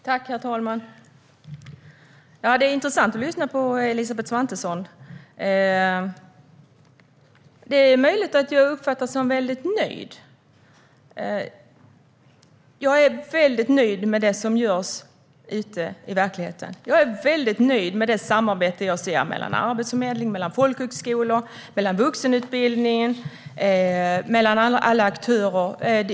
Herr talman! Det är intressant att lyssna på Elisabeth Svantesson. Det är möjligt att jag uppfattas som väldigt nöjd. Jag är väldigt nöjd med det som görs ute i verkligheten. Jag är väldigt nöjd med det samarbete jag ser mellan Arbetsförmedlingen, folkhögskolor, vuxenutbildningen och alla aktörer.